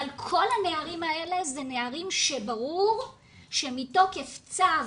אבל כל הנערים האלה אלה נערים שברור שמתוקף צו,